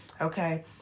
okay